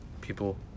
people